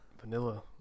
vanilla